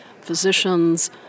physicians